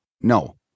no